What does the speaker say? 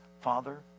father